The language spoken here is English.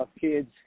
kids